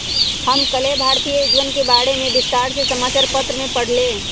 हम कल्लेह भारतीय योजनवन के बारे में विस्तार से समाचार पत्र में पढ़ लय